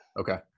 Okay